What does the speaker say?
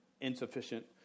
insufficient